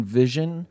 vision